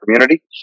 community